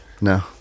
No